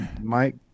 Mike